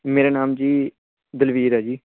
ਮੇਰਾ ਨਾਮ ਜੀ ਦਲਵੀਰ ਹੈ ਜੀ